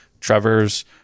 Trevor's